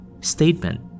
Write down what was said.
statement